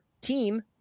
team